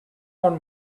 bon